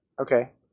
Okay